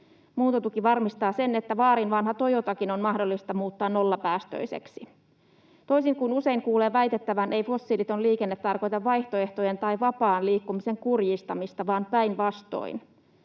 Muuntotuki varmistaa sen, että vaarin vanha Toyotakin on mahdollista muuttaa nollapäästöiseksi. Toisin kuin usein kuulee väitettävän, ei fossiiliton liikenne tarkoita vaihtoehtojen tai vapaan liikkumisen kurjistamista vaan päinvastoin.